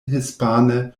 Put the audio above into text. hispane